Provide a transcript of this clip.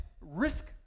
risk